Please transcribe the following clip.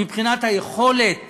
מבחינת היכולת